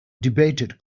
debated